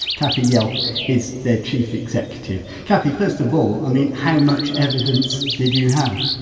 cathy yelf is their chief executive. cathy, first of all i mean how much evidence did you have?